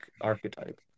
archetype